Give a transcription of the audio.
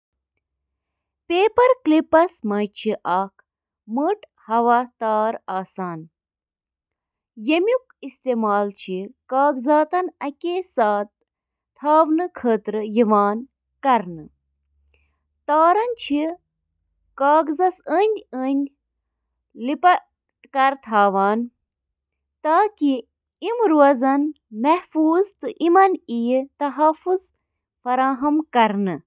اکھ vacuum cleaner, یتھ صرف ویکیوم تہٕ ونان چِھ، چُھ اکھ یُتھ آلہ یُس قالینن تہٕ سخت فرشو پیٹھ گندگی تہٕ باقی ملبہٕ ہٹاونہٕ خاطرٕ سکشن تہٕ اکثر تحریک ہنٛد استعمال چُھ کران۔ ویکیوم کلینر، یِم گَرَن سۭتۍ سۭتۍ تجٲرتی ترتیبن منٛز تہِ استعمال چھِ یِوان کرنہٕ۔